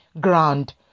ground